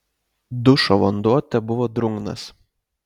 dušo vanduo tebuvo drungnas